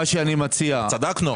צדקנו.